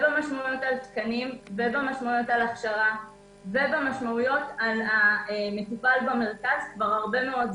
התקניות , ענייני הכשרה וכולי כבר הרבה מאוד זמן.